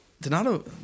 Donato